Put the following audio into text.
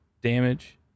damage